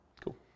Cool